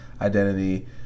identity